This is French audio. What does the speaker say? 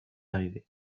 arrivé